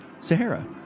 Sahara